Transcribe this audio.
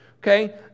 okay